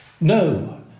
No